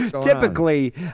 Typically